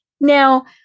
Now